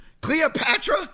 Cleopatra